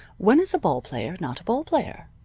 when is a ball player not a ball player?